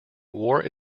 wore